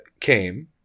came